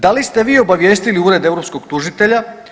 Da li ste vi obavijestili Ured europskog tužitelja?